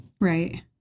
Right